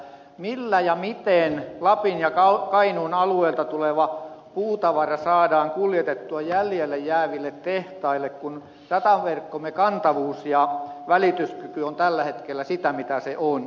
millä ja miten lapin ja kainuun alueelta tuleva puutavara saadaan kuljetettua jäljelle jääville tehtaille kun rataverkkomme kantavuus ja välityskyky ovat tällä hetkellä sitä mitä ne ovat